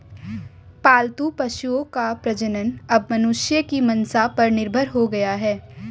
पालतू पशुओं का प्रजनन अब मनुष्यों की मंसा पर निर्भर हो गया है